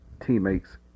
teammates